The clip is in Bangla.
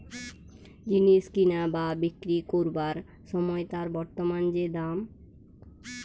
জিনিস কিনা বা বিক্রি কোরবার সময় তার বর্তমান যে দাম